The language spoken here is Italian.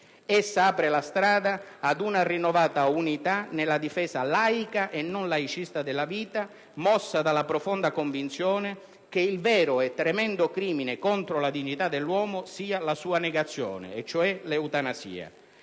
Essa apre la strada ad una rinnovata unità nella difesa laica e non laicista della vita, mossa dalla profonda convinzione che il vero e tremendo crimine contro la dignità dell'uomo sia la sua negazione, e cioè l'eutanasia.